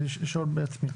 לשאול בעצמי.